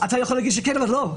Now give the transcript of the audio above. אתה יכול להגיד שכן, אבל זה לא.